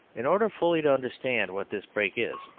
in order fully to understand what this break is,